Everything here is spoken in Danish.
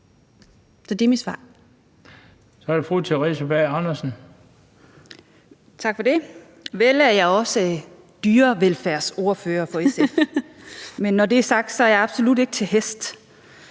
Andersen. Kl. 18:43 Theresa Berg Andersen (SF): Tak for det. Vel er jeg også dyrevelfærdsordfører for SF, men når det er sagt, er jeg absolut ikke til hest.